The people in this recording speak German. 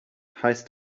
heißt